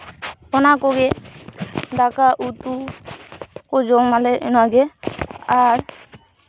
ᱚᱱᱟᱠᱚᱜᱮ ᱫᱟᱠᱟᱼᱩᱛᱩ ᱠᱚ ᱡᱚᱢᱟᱞᱮ ᱤᱱᱟᱹᱜᱮ ᱟᱨ